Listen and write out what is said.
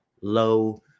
low